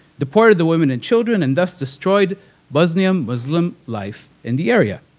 deported the women and children and thus destroyed bosnian-muslim life in the area.